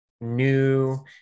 new